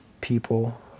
people